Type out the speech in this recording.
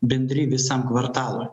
bendri visam kvartalui